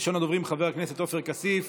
ראשון הדוברים, חבר הכנסת עופר כסיף,